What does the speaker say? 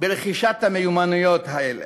ברכישת המיומנויות האלה.